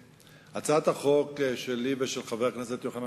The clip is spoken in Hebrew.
הצעת החוק שלי ושל חבר הכנסת יוחנן